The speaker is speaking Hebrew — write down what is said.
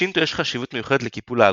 בשינטו יש חשיבות מיוחדת לקיפול העגור.